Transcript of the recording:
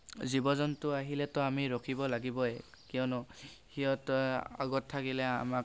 জীৱ জন্তু আহিলেতো আমি ৰখিব লাগিবই কিয়নো সিহঁতে আগত থাকিলে আমাক